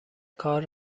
کار